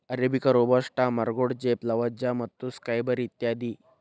arabica, robusta, ಮರಗೋಡಜೇಪ್, Lavazza ಮತ್ತು Skybury ಇತ್ಯಾದಿ